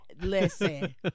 listen